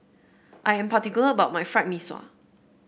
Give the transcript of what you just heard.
I am particular about my Fried Mee Sua